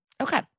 Okay